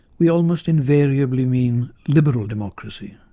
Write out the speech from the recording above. we almost invariably mean liberal democracy,